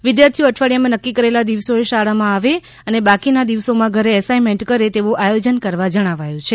વિદ્યાર્થીઓ અઠવાડિયામાં નકકી કરેલા દિવસોએ શાળામાં આવે અને બાકીના દિવસોમાં ઘરે એસાઇન્ટમેન્ટ કરે તેવુ આયોજન કરવા જણાવાયુ છે